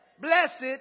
Blessed